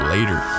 Later